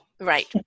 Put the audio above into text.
Right